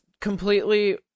completely